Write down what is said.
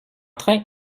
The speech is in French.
train